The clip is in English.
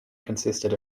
consisted